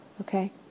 Okay